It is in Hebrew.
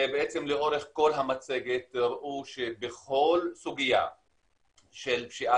לאורך כל המצגת תראו שבכל סוגיה של פשיעה